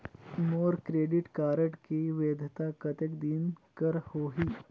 मोर credit card के वैधता कतेक दिन कर होही?